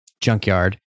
junkyard